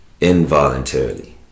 involuntarily